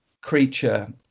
creature